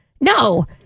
No